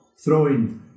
throwing